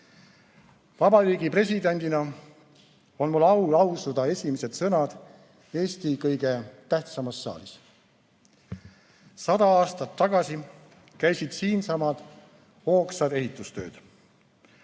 Vabariigi presidendina on mul au lausuda esimesed sõnad Eesti kõige tähtsamas saalis. Sada aastat tagasi käisid siinsamas hoogsad ehitustööd.